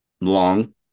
long